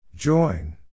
Join